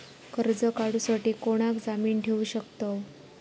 कर्ज काढूसाठी कोणाक जामीन ठेवू शकतव?